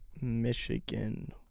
Michigan